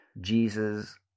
Jesus